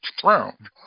throne